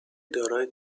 دارای